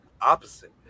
opposite